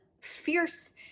fierce